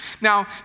Now